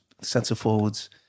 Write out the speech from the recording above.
centre-forwards